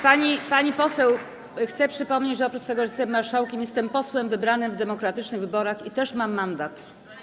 Pani poseł, chcę przypomnieć, że oprócz tego, że jestem marszałkiem, jestem posłem wybranym w demokratycznych wyborach i też mam mandat.